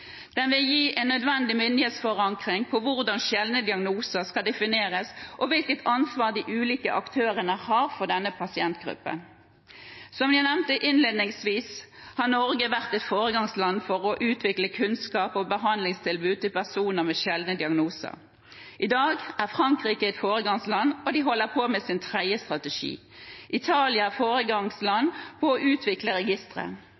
Den vil gi en nødvendig myndighetsforankring av hvordan sjeldne diagnoser skal defineres, og hvilket ansvar de ulike aktørene har for denne pasientgruppen. Som jeg nevnte innledningsvis, har Norge vært et foregangsland for å utvikle kunnskap og behandlingstilbud til personer med sjeldne diagnoser. I dag er Frankrike et foregangsland, og de holder på med sin tredje strategi. Italia